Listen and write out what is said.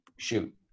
shoot